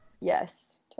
Yes